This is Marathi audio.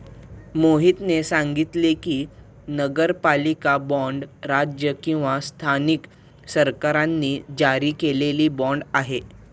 मोहितने सांगितले की, नगरपालिका बाँड राज्य किंवा स्थानिक सरकारांनी जारी केलेला बाँड आहे